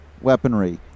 weaponry